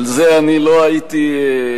על זה לא הייתי,